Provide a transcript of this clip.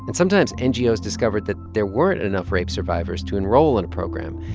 and sometimes, ngos discovered that there weren't enough rape survivors to enroll in a program.